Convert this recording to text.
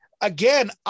again